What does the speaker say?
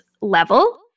level